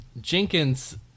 Jenkins